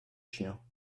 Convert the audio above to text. chiens